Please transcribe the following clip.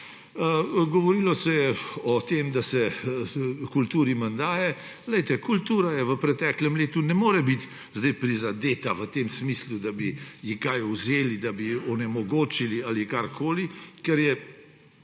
Govorilo se je o tem, da se kulturi manj daje. Kultura v preteklem letu ne more biti prizadeta v tem smislu, da bi ji kaj vzeli, da bi ji onemogočili ali karkoli. Edina